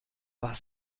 was